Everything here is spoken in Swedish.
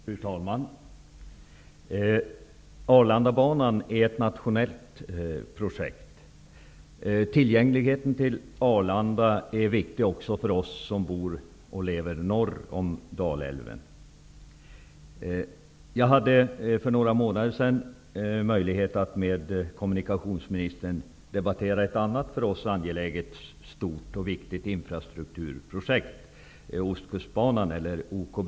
Fru talman! Arlandabanan är ett nationellt projekt. Tillgängligheten till Arlanda är viktig också för oss som bor norr om Dalälven. Jag hade för några månader sedan möjlighet att med kommunikationsminister Mats Odell debattera ett annat för oss angeläget, stort infrastrukturprojekt, nämligen Ostkustbanan, eller OKB.